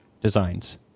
designs